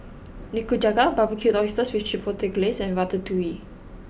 Nikujaga Barbecued Oysters Chipotle Glaze and Ratatouille